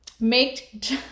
make